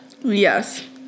Yes